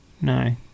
No